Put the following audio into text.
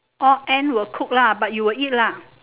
all end will cook lah but you will eat lah